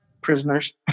Prisoners